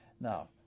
Now